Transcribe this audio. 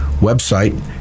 website